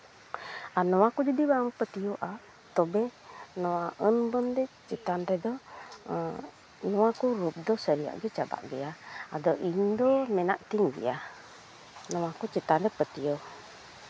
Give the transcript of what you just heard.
ᱟᱨ ᱱᱚᱣᱟ ᱠᱚ ᱡᱩᱫᱤ ᱵᱟᱢ ᱯᱟᱹᱛᱭᱟᱹᱣᱟᱜᱼᱟ ᱛᱚᱵᱮ ᱱᱚᱣᱟ ᱟᱹᱱ ᱵᱚᱱᱫᱮᱡ ᱪᱮᱛᱟᱱ ᱨᱮᱫᱚ ᱱᱚᱣᱟ ᱠᱚ ᱨᱩᱯ ᱫᱚ ᱥᱟᱹᱨᱤᱭᱟᱜ ᱜᱮ ᱪᱟᱵᱟᱜ ᱜᱮᱭᱟ ᱟᱫᱚ ᱤᱧᱫᱚ ᱢᱮᱱᱟᱜ ᱛᱤᱧ ᱜᱮᱭᱟ ᱱᱚᱣᱟᱠᱚ ᱪᱮᱛᱟᱱ ᱨᱮ ᱯᱟᱹᱛᱭᱟᱹᱣ